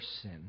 sin